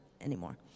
anymore